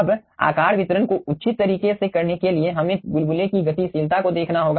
अब आकार वितरण को उचित तरीके से करने के लिए हमें बुलबुले की गतिशीलता को देखना होगा